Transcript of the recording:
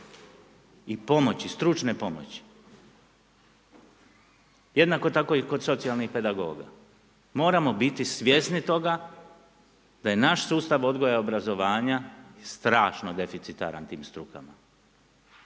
i pomoći stručne pomoći, jednako tako i kod socijalnih pedagoga. Moramo biti svjesni toga da je naš sustav odgoja i obrazovanja strašno deficitaran tim strukama,